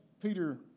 Peter